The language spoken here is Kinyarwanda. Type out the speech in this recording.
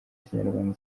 kinyarwanda